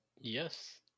Yes